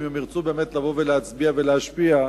אם הם ירצו לבוא ולהצביע ולהשפיע,